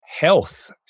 health